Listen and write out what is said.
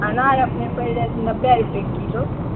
हँ नहि अपनेके पैड़ि जायत नब्बे रुपये किलो